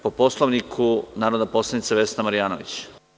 Po Poslovniku, narodna poslanica Vesna Marjanović.